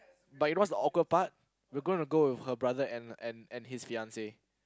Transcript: but you know what's the awkward part we are going to go with her brother and and his fiance